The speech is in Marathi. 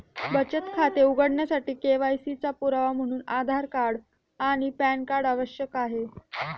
बचत खाते उघडण्यासाठी के.वाय.सी चा पुरावा म्हणून आधार आणि पॅन कार्ड आवश्यक आहे